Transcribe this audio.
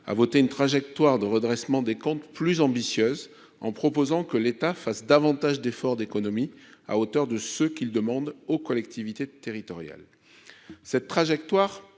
a voté une trajectoire de redressement des comptes plus ambitieuse en proposant que l'État fasse davantage d'efforts d'économies à hauteur de ce qu'il demande aux collectivités territoriales, cette trajectoire